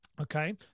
Okay